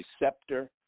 receptor